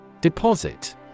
Deposit